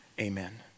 Amen